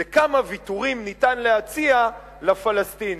זה כמה ויתורים ניתן להציע לפלסטינים.